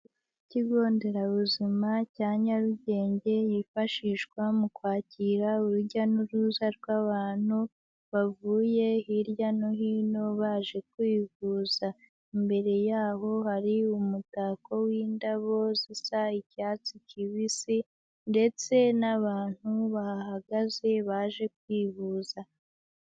Ikigo nderabuzima cya Nyarugenge hifashishwa mu kwakira urujya n'uruza rw'abantu bavuye hirya no hino baje kwivuza. Imbere yabo hari umutako w'indabo zisa icyatsi kibisi, ndetse n'abantu bahahagaze baje kwivuza.